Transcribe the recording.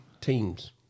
teams